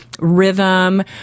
rhythm